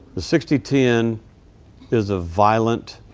the sixty ten is a violent,